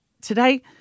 today